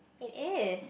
it is